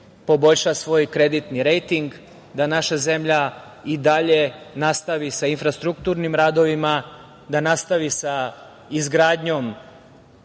poboljša svoj kreditni rejting, da naša zemlja i dalje nastavi sa infrastrukturnim radovima, da nastavi sa izgradnjom